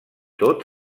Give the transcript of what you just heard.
tot